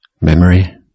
memory